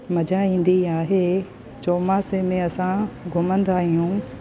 मज़ा ईंदी आहे चौमासे में असां घुमंदा आहियूं